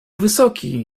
wysoki